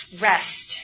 rest